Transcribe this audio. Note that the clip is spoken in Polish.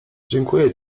dziękuję